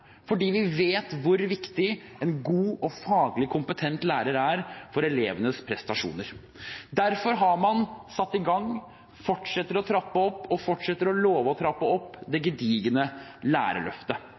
Vi vet hvor viktig en god og faglig kompetent lærer er for elevenes prestasjoner. Derfor har man satt i gang, fortsetter å trappe opp og fortsetter å love å trappe opp det gedigne lærerløftet: